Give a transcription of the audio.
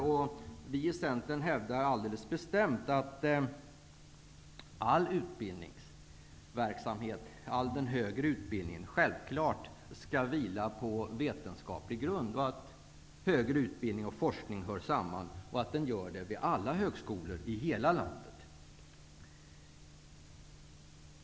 Vi i Centern hävdar alldeles bestämt att all högre utbildning givetvis skall vila på vetenskaplig grund, att högre utbildning och forskning hör samman och att så är fallet vid alla högskolor i hela landet.